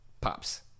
pops